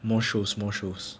more shows more shows